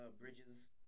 Bridges